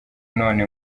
none